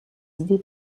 idées